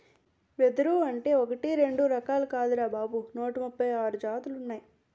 ఎదురంటే ఒకటీ రెండూ రకాలు కాదురా బాబూ నూట ముప్పై ఆరు జాతులున్నాయ్